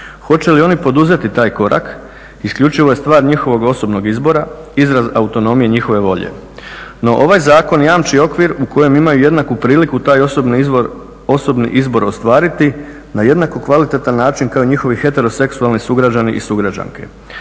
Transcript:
Hoće li oni poduzeti taj korak isključivo je stvar njihovog osobnog izbora, izraz autonomije njihove volje. No ovaj zakon jamči okvir u kojem imaju jednaku priliku taj osobni izbor ostvariti na jednako kvalitetan način kao i njihovi heteroseksualni sugrađani i sugrađanke.